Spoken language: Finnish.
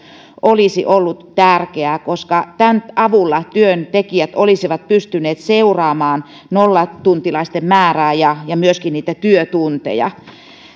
olisi ollut tärkeä koska tämän avulla työntekijät olisivat pystyneet seuraamaan nollatuntilaisten määrää ja ja myöskin niitä työtunteja